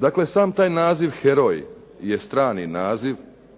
Dakle, sam taj naziv heroj je strani naziv.